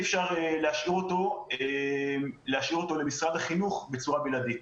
אפשר להשאיר אותו למשרד החינוך בצורה בלעדית.